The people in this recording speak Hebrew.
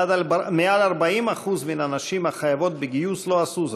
מעל 40% מהנשים החייבות בגיוס לא עשו זאת,